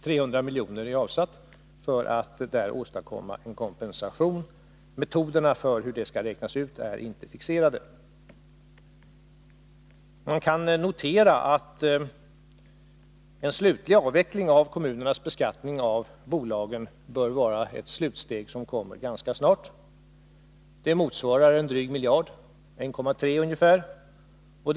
300 miljoner är som sagt avsatta för att åstadkomma en kompensation. Metoderna för hur den skall räknas ut är inte fixerade. Den slutliga avvecklingen av kommunernas beskattning av bolagen är ett slutsteg som bör komma ganska snart. Det motsvarar ungefär 1,3 miljarder.